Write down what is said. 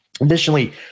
Additionally